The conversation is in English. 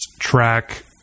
track